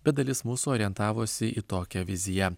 bet dalis mūsų orientavosi į tokią viziją